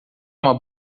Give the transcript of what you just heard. uma